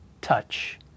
touch